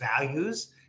values